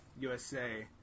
USA